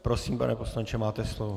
Prosím, pane poslanče, máte slovo.